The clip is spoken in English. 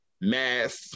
math